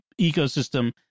ecosystem